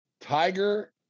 Tiger